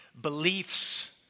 beliefs